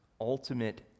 ultimate